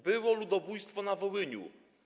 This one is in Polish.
Było ludobójstwo na Wołyniu.